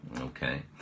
Okay